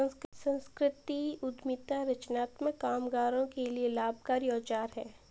संस्कृति उद्यमिता रचनात्मक कामगारों के लिए लाभकारी औजार है